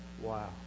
Wow